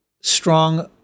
strong